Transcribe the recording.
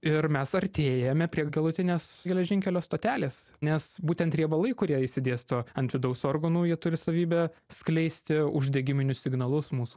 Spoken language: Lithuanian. ir mes artėjame prie galutinės geležinkelio stotelės nes būtent riebalai kurie išsidėsto ant vidaus organų jie turi savybę skleisti uždegiminius signalus mūsų